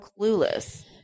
clueless